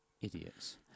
Idiots